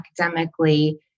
academically